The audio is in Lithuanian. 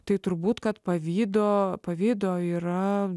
tai turbūt kad pavydo pavydo yra